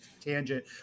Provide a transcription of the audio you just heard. tangent